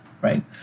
right